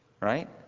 right